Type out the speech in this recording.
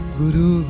guru